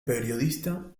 periodista